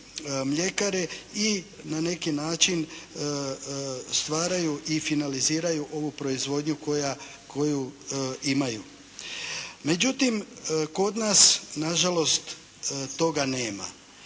i na neki način stvaraju i finaliziraju ovu proizvodnju koju imaju. Međutim, kod nas nažalost toga nema.